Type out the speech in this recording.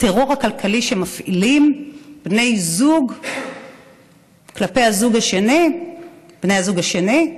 הטרור הכלכלי שמפעיל בן זוג כלפי בן הזוג השני,